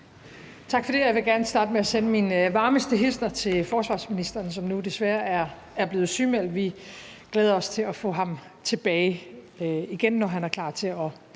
Tak for det. Jeg vil gerne starte med at sende mine varmeste hilsner til forsvarsministeren, som nu desværre er blevet sygemeldt. Vi glæder os til at få ham tilbage igen, når han er klar til at